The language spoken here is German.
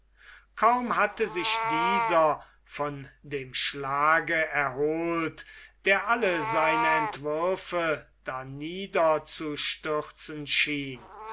kaum hatte sich dieser von dem schlage erholt der alle seine entwürfe darnieder zu stürzen schien